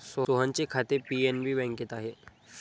सोहनचे खाते पी.एन.बी बँकेत आहे